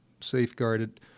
safeguarded